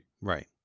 Right